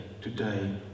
today